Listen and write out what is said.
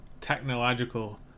technological